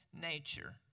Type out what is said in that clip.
nature